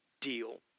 deal